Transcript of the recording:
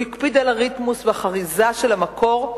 הוא הקפיד על הריתמוס והחריזה של המקור,